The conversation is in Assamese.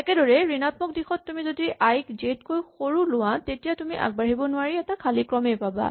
একেদৰে ঋণাত্মক দিশত তুমি যদি আই ক জে তকৈ সৰু লোৱা তেতিয়া তুমি আগবাঢ়িব নোৱাৰি এটা খালী ক্ৰম পাবা